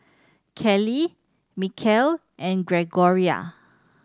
Callie Mikel and Gregoria